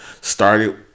started